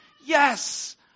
yes